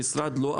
המשרד לא,